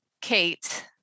Kate